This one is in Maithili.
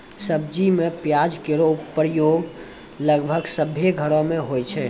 सब्जी में प्याज केरो प्रयोग लगभग सभ्भे घरो म होय छै